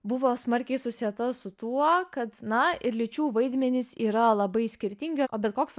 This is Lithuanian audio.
buvo smarkiai susieta su tuo kad na ir lyčių vaidmenys yra labai skirtingi o bet koks